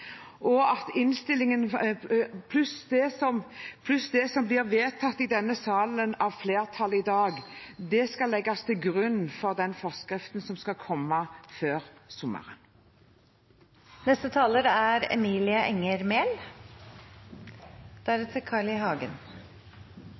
og at innstillingen – pluss det som blir vedtatt i denne salen av flertallet i dag – skal legges til grunn for den forskriften som skal komme før sommeren. Kristian Aasen er